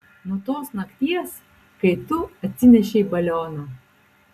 nuo tos nakties kai tu atsinešei balioną